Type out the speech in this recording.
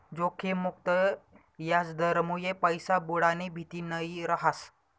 जोखिम मुक्त याजदरमुये पैसा बुडानी भीती नयी रहास